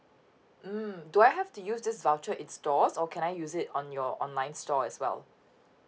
mm do I have to use this voucher in stores or can I use it on your online store as well